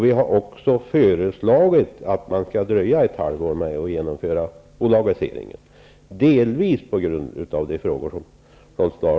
Vi har föreslagit att man skall dröja ett halvår med att genomföra en bolagisering, delvis på grund av de frågor som bl.a.